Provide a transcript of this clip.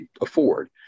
afford